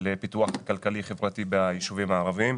לפיתוח כלכלי-חברתי ביישובים הערביים.